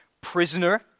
prisoner